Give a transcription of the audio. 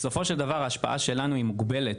בסופו של דבר ההשפעה שלנו היא מוגבלת,